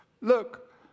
look